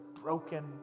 broken